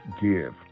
give